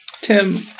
Tim